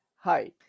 Hi